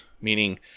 meaning